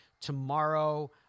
tomorrow